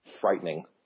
Frightening